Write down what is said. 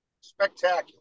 Spectacular